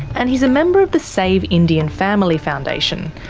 and he's a member of the save indian family foundation,